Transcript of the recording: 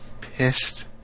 pissed